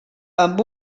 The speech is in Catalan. amb